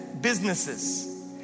businesses